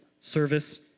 service